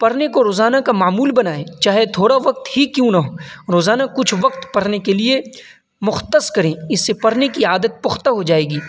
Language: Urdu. پڑھنے کو روزانہ کا معمول بنائیں چاہے تھوڑا وقت ہی کیوں نہ ہو روزانہ کچھ وقت پڑھنے کے لیے مختص کریں اس سے پڑھنے کی عادت پختہ ہو جائے گی